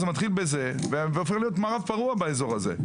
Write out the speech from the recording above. זה מתחיל בזה, והופך להיות מערב פרוע באזור הזה.